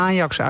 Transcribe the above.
Ajax